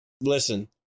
Listen